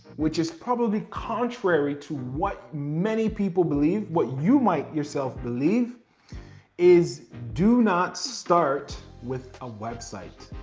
which is probably contrary to what many people believe, what you might yourself believe is do not start with a website.